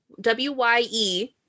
w-y-e